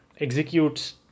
executes